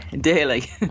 daily